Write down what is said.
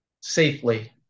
safely